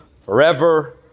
forever